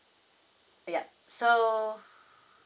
yup so